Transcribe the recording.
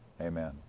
amen